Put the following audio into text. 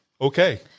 okay